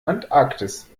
antarktis